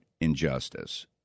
injustice